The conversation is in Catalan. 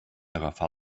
agafar